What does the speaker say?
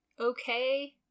okay